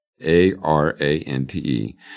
A-R-A-N-T-E